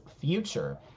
future